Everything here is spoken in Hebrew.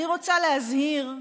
אני רוצה להזהיר,